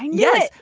yes.